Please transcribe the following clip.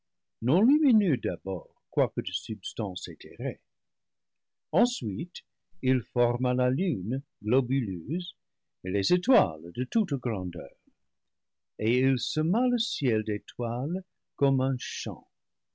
non lumineux d'abord quoique de sub stance éthérée ensuite il forma la lune globuleuse et les étoi les de toutes grandeurs et il sema le ciel d'étoiles comme un champ